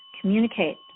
communicate